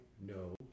no